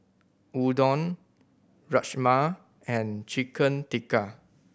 Udon Rajma and Chicken Tikka